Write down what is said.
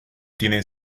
tienen